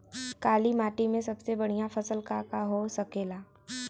काली माटी में सबसे बढ़िया फसल का का हो सकेला?